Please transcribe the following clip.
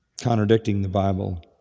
contradicting the bible.